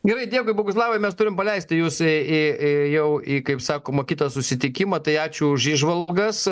gerai dėkui boguslavai mes turim paleisti jūs ė ė jau į kaip sakoma kitą susitikimą tai ačiū už įžvalgas